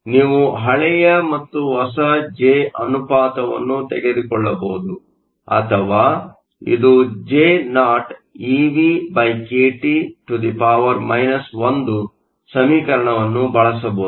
ನೀವು ಹಳೆಯ ಮತ್ತು ಹೊಸ ಜೆ ಅನುಪಾತವನ್ನು ತೆಗೆದುಕೊಳ್ಳಬಹುದು ಅಥವಾ ಇದು JoeVkT 1 ಸಮೀಕರಣವನ್ನು ಬಳಸಬಹುದು